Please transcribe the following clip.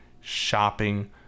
shopping